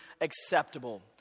acceptable